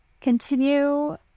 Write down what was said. continue